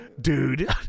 dude